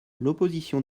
l’opposition